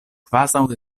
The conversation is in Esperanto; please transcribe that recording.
kvazaŭ